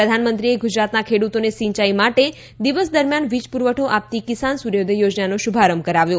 પ્રધાનમંત્રીએ ગુજરાતના ખેડુતોને સિંચાઇ માટે દિવસ દરમિયાન વિજ પુરવઠો આપતી કિસાન સૂર્યોદય યોજનાનો શ઼ભારંભ કરાવ્યો